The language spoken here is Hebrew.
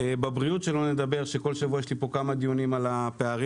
בבריאות שלא נדבר שכל שבוע יש לי פה כמה דיונים על הפערים.